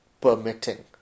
permitting